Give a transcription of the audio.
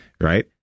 right